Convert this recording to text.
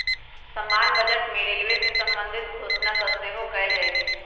समान्य बजटे में रेलवे से संबंधित घोषणा सभ सेहो कएल जाइ छइ